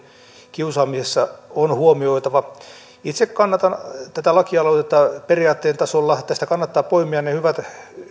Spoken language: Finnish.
kiusaamisessa on huomioitava itse kannatan tätä lakialoitetta periaatteen tasolla tästä kannattaa poimia ne hyvät